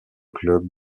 club